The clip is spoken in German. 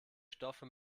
stoffe